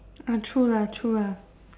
ah true lah true lah